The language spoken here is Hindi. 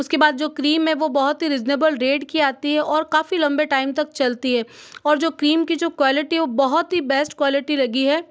उसके बाद जो क्रीम है वह बहुत ही रीज़नेबल रेट की आती है और काफ़ी लम्बे टाइम तक चलती है और जो क्रीम की जो क्वालिटी है वह बहुत ही बेस्ट क्वालिटी लगी है